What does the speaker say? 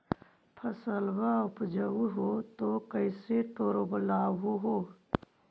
फसलबा उपजाऊ हू तो कैसे तौउलब हो?